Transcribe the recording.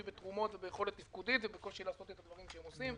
בתרומות וביכולת לתפקד ובקושי לעשות את הדברים שהוא עושה.